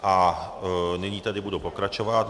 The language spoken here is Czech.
A nyní tedy budu pokračovat.